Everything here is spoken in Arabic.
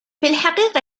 الحقيقة